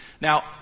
Now